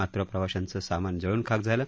मात्र प्रवाशांचं सामान जळून खाक झालं